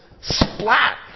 splat